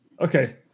Okay